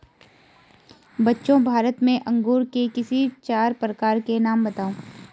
बच्चों भारत में अंगूर के किसी चार प्रकार के नाम बताओ?